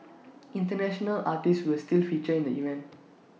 International artists will still feature in the event